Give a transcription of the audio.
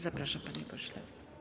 Zapraszam, panie pośle.